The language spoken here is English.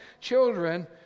Children